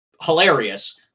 hilarious